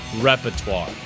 repertoire